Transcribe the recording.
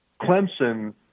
Clemson